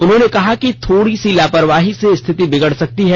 उन्होंने कहा कि थोड़ी से लापरवाही से स्थिति बिगड़ सकती है